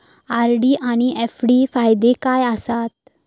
RD आनि FD फायदे काय आसात?